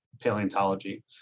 paleontology